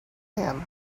him